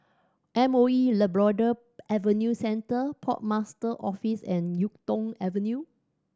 M O E Labrador Adventure Centre Port Master Office and Yuk Tong Avenue